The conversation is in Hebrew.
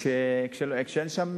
כשאין שם